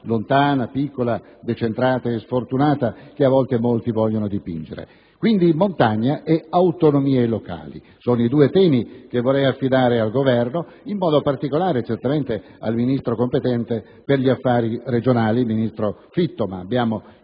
lontana, piccola, decentrata e sfortunata che a volte molti vogliono dipingere. Dunque, montagna ed autonomie locali sono i due temi che vorrei affidare al Governo, in modo particolare al ministro Fitto competente per gli affari regionali (è qui presente il ministro